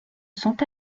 sont